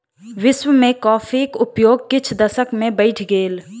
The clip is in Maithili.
विश्व में कॉफ़ीक उपयोग किछ दशक में बैढ़ गेल